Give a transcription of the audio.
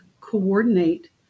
coordinate